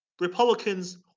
Republicans